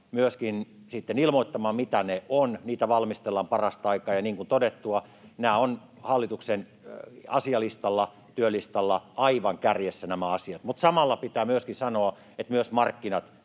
myöskin sitten ilmoittamaan, mitä ne ovat. Niitä valmistellaan parasta aikaa, ja niin kuin todettua, nämä asiat ovat hallituksen asialistalla, työlistalla, aivan kärjessä, mutta samalla pitää myöskin sanoa, että myös markkinoiden